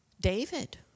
David